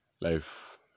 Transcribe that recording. life